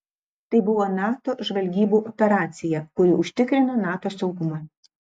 tai buvo nato žvalgybų operacija kuri užtikrino nato saugumą